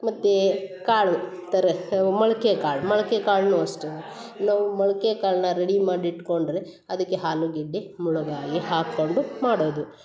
ಮತ್ತು ಕಾಳು ಥರ ಮೊಳಕೆ ಕಾಳು ಮೊಳಕೆ ಕಾಳನ್ನೂ ಅಷ್ಟೆ ನಾವು ಮೊಳಕೆ ಕಾಳನ್ನ ರೆಡಿ ಮಾಡಿ ಇಟ್ಕೊಂಡರೆ ಅದಕ್ಕೆ ಆಲುಗೆಡ್ಡೆ ಮುಳುಗಾಯಿ ಹಾಕೊಂಡು ಮಾಡೋದು